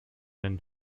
and